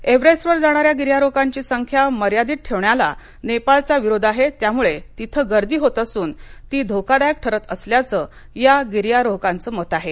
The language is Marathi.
एव्हरेस्टवर जाणाऱ्या गियरोहकांची संख्या मर्यादित ठेवण्याला नेपाळचा विरोध आहे त्यामुळे तिथे गर्दी होत असून ती धोकादायक ठरत असल्याचं या गिर्यारोहकांचं मत आहे